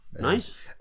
Nice